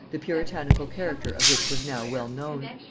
the puritanical character of which was now well known.